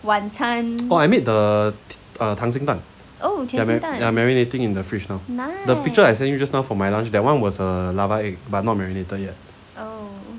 oh I made the 溏心蛋 they're marinating in the fridge now the picture I send you just now for my lunch that one was a lava egg but not marinated yet